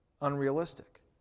unrealistic